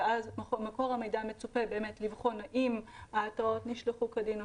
וממקור המידע מצופה לבחון האם ההתראות נשלחו כדין או